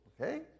Okay